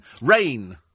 Rain